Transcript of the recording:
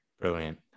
Brilliant